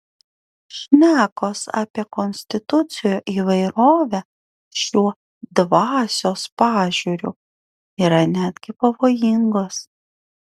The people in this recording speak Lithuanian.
šnekos apie konstitucijų įvairovę šiuo dvasios pažiūriu yra netgi pavojingos